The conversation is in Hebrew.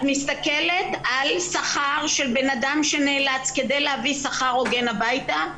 את מסתכלת על שכר של בן אדם שנאלץ כדי להביא שכר הוגן הביתה,